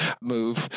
move